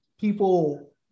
people